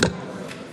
(קוראת בשמות חברי